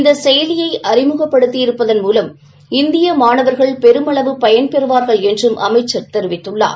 இந்த செயலியை அறிமுகப்படுத்தியிப்பதன் மூலம் இந்திய மாணவர்கள் பெருமளவு பயன் பெறுவார்கள் என்று அமைச்சர் தெரிவித்தார்